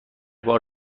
بار